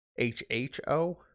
HHO